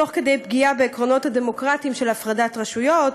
תוך פגיעה בעקרונות הדמוקרטיים של הפרדת רשויות,